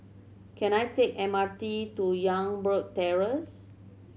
can I take M R T to Youngberg Terrace